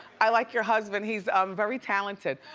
i like your husband, he's um very talented.